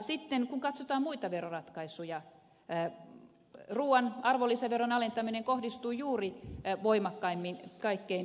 sitten kun katsotaan muita veroratkaisuja ruoan arvonlisäveron alentaminen kohdistui juuri voimakkaimmin kaikkein pienituloisimpiin